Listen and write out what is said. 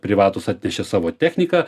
privatūs atnešė savo techniką